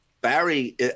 Barry